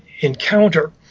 encounter